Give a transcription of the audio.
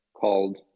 called